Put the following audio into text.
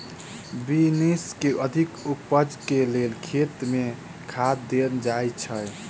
Beans केँ अधिक उपज केँ लेल खेत मे केँ खाद देल जाए छैय?